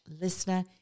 listener